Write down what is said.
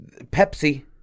Pepsi